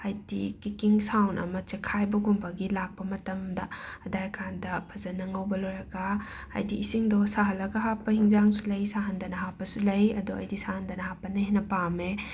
ꯍꯥꯏꯗꯤ ꯀꯤꯛꯀꯤꯡ ꯁꯥꯎꯟ ꯑꯃ ꯆꯦꯛꯈꯥꯏꯕꯒꯨꯝꯕꯒꯤ ꯂꯥꯛꯄ ꯃꯇꯝꯗ ꯑꯗꯥꯏꯀꯥꯟꯗ ꯐꯖꯅ ꯉꯧꯕ ꯂꯣꯏꯔꯒ ꯍꯥꯏꯗꯤ ꯏꯁꯤꯡꯗꯣ ꯁꯥꯍꯜꯂꯒ ꯍꯥꯞꯄ ꯍꯤꯟꯖꯥꯡꯁꯨ ꯂꯩ ꯁꯍꯟꯗꯅ ꯍꯥꯞꯄꯁꯨ ꯂꯩ ꯑꯗꯣ ꯑꯩꯗꯤ ꯁꯥꯍꯟꯗꯅ ꯍꯥꯞꯄꯅ ꯍꯦꯟꯅ ꯄꯥꯝꯃꯦ